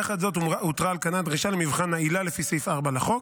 יחד עם זאת נותרה על כנה הדרישה למבחן העילה לפי סעיף 4 לחוק.